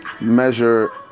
measure